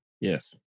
yes